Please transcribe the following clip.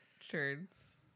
shirts